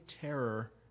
terror